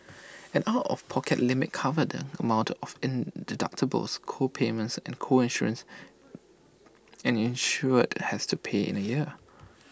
an out of pocket limit covered the amount of in deductibles co payments and co insurance an insured has to pay in A year